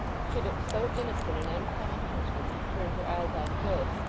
she looked so innocent and unconscious when she turned her eyes on joe,